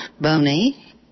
bony